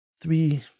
three